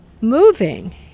moving